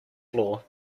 floor